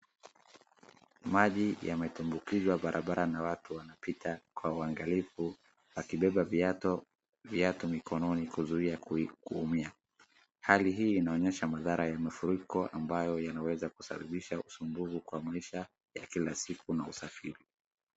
Maji yametumbukizwa barabara na watu wanapita kwa uangalifu wakibeba viatu mikononi kuzuia kuumia. Hali hii inaonyesha madhara ya mafuriko ambayo yanaweza kusababisha usumbufu kwa maisha ya kila siku na usafiri.